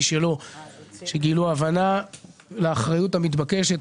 שלו עליו ועל כך שהם גילו הבנה לאחריות המתבקשת.